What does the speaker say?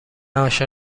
عاشق